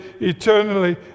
eternally